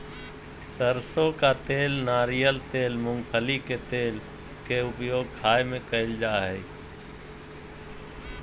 सरसों का तेल नारियल तेल मूंगफली के तेल के उपयोग खाय में कयल जा हइ